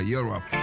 Europe